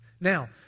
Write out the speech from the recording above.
Now